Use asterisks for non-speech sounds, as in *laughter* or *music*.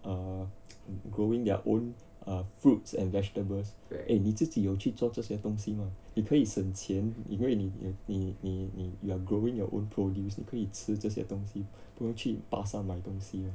err *noise* growing their own err fruits and vegetables eh 你自己有去做这些东西嘛你可以省钱因为你你你你 you are growing your own produce 你可以吃这些东西不用去巴刹买东西